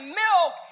milk